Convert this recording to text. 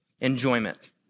enjoyment